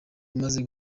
imaze